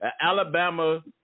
Alabama